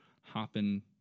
hopping